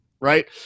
right